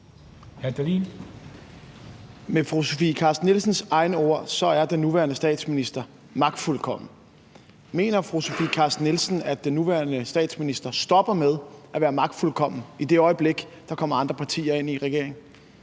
Med fru Sofie Carsten Nielsens egne ord er den nuværende statsminister magtfuldkommen. Mener fru Sofie Carsten Nielsen, at den nuværende statsminister stopper med at være magtfuldkommen, i det øjeblik der kommer andre partier ind i regeringen?